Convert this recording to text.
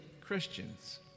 Christians